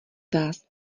vás